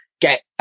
get